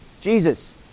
Jesus